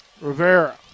Rivera